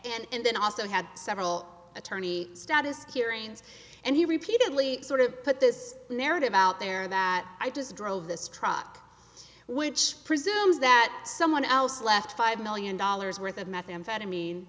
court and then also had several attorney status hearings and he repeatedly sort of put this narrative out there that i just drove this trot which presumes that someone else left five million dollars worth of methamphetamine